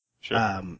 Sure